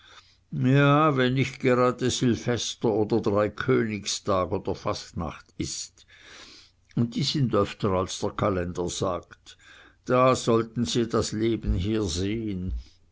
ja wenn nicht gerade silvester oder dreikönigstag oder fastnacht ist und die sind öfter als der kalender angibt da sollten sie das leben hier sehen